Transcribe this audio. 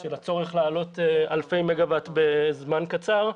של הצורך לעלות אלפי מגה-ואט בזמן קצר.